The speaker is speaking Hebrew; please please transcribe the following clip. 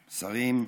שרים,